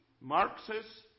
Marxists